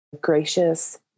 gracious